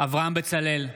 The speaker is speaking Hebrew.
אברהם בצלאל,